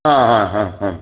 ह हा हा हा